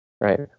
right